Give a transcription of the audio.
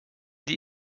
die